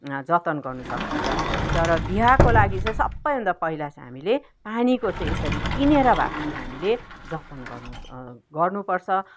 जतन गर्नु सकिन्छ तर बिहाको लागि चाहिँ सबैभन्दा पहिला चाहिँ हामीले पानीको चाहिँ यसरी किनेर भए पनि हामीले जतन गर्नुपर्छ